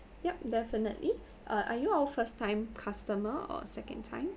yup definitely uh are you our first time customer or second time